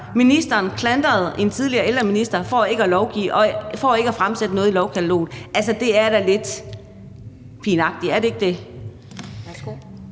ministeren klandrede en tidligere ældreminister for ikke at fremsætte noget i lovkataloget. Altså, det er da lidt pinagtigt, er det ikke? Kl.